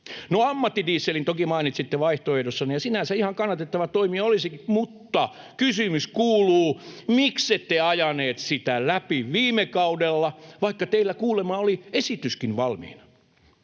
ammattidieselin toki mainitsitte vaihtoehdossanne, ja sinänsä ihan kannatettava toimi se olisikin, mutta kysymys kuuluu: miksette ajaneet sitä läpi viime kaudella, vaikka teillä kuulemma oli esityskin valmiina?